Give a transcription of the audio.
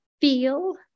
feel